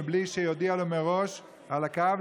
מבלי שיודיע לו מראש על הקו,